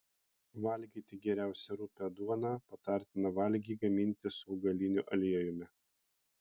valgyti geriausia rupią duoną patartina valgį gaminti su augaliniu aliejumi